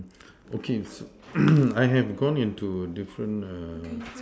okay so I have gone into different err